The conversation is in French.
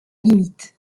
limite